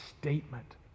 statement